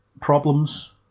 problems